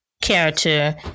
character